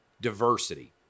diversity